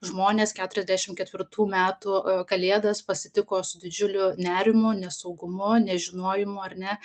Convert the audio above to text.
žmonės keturiasdešim ketvirtų metų kalėdas pasitiko su didžiuliu nerimu nesaugumu nežinojimu ar ne